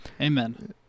Amen